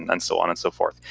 and and so on and so forth.